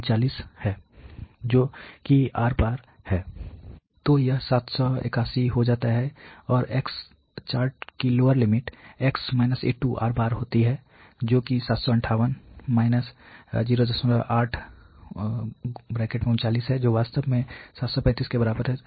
तो यह 781 हो जाता है और x चार्ट की लोअर लिमिट x -A2R होती है जो कि 758 08 है जो वास्तव में 735 के बराबर है